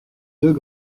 deux